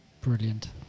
Brilliant